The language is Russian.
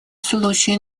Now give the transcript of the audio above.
случаи